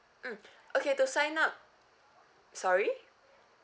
mm okay to sign up sorry